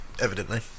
evidently